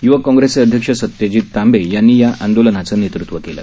युवक काँग्रेसचेअध्यक्ष सत्यजीत तांबे यांनी या आंदोलनाचं नेतृत्व केलं